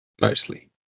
Mostly